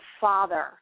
father